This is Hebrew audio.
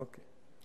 אוקיי.